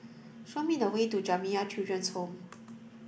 show me the way to Jamiyah Children's Home